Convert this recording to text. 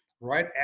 right